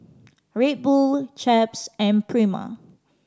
Red Bull Chaps and Prima